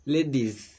Ladies